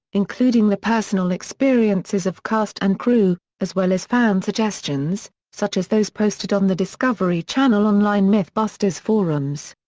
including the personal experiences of cast and crew, as well as fan suggestions, such as those posted on the discovery channel online mythbusters forums.